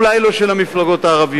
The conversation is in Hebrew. אולי לא של המפלגות הערביות,